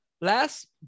last